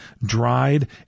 dried